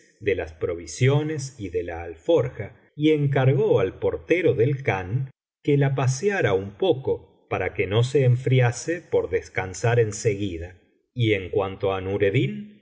de las provisiones y de la alforja y encargó al portero del khan que la paseara un poco para que no se enfriase por descansar en seguida y en cuanto á nureddin él